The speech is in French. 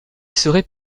serait